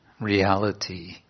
reality